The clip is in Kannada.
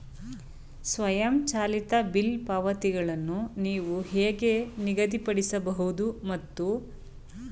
ಸ್ವಯಂಚಾಲಿತ ಬಿಲ್ ಪಾವತಿಗಳನ್ನು ನೀವು ಹೇಗೆ ನಿಗದಿಪಡಿಸಬಹುದು ಮತ್ತು ನಿರ್ವಹಿಸಬಹುದು?